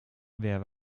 wer